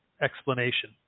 explanation